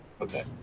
Okay